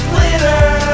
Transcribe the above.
Glitter